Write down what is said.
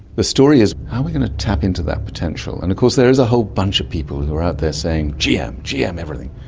the story is how are we going to tap into that potential? and of course there is a whole bunch of people who are out there saying gm gm everything.